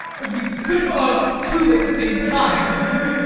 but you couldn't love two at the same time, could you?